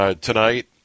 tonight